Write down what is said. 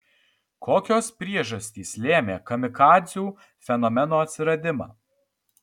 kokios priežastys lėmė kamikadzių fenomeno atsiradimą